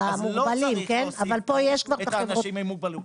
אז לא צריך להוסיף פה אנשים עם מוגבלות.